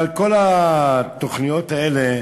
אבל כל התוכניות האלה